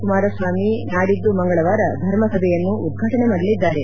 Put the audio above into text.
ಕುಮಾರಸ್ವಾಮಿ ನಾಡಿದ್ದು ಮಂಗಳವಾರ ಧರ್ಮಸಭೆಯನ್ನು ಉದ್ವಾಟನೆ ಮಾಡಲಿದ್ದಾರೆ